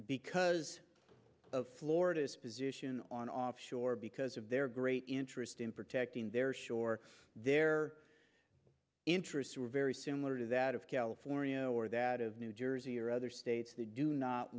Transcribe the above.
because of florida's position on offshore because of their great interest in protecting their shore their interests are very similar to that of california or that of new jersey or other states that do not